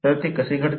तर ते कसे घडते